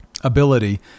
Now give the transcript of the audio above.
Ability